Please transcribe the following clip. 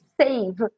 save